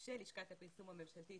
של לשכת הפרסום הממשלתית,